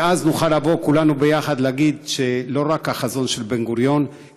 ואז נוכל לבוא כולנו ביחד להגיד שלא רק החזון של בן-גוריון,